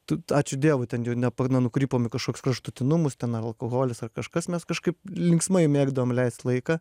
tu ačiū dievui ten jau ne pa nu nukrypom į kažkokius kraštutinumus ten ar alkoholis ar kažkas mes kažkaip linksmai mėgdavom leist laiką